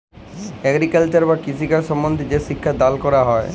agriculture বা কৃষিকাজ সম্বন্ধে যে শিক্ষা দাল ক্যরা হ্যয়